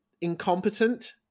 incompetent